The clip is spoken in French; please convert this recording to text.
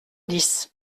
dix